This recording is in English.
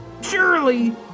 surely